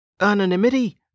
anonymity